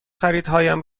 خریدهایم